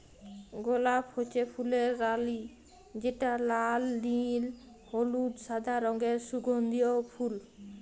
গলাপ হচ্যে ফুলের রালি যেটা লাল, নীল, হলুদ, সাদা রঙের সুগন্ধিও ফুল